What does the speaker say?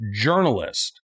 journalist